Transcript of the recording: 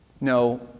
No